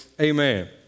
amen